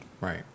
Right